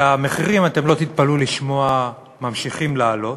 והמחירים, אתם לא תתפלאו לשמוע, ממשיכים לעלות,